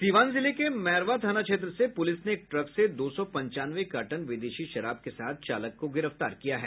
सीवान जिले के मैरवा थाना क्षेत्र से पुलिस ने एक ट्रक से दो सौ पंचानवे कार्टन विदेशी शराब के साथ चालक को गिरफ्तार किया है